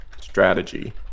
Strategy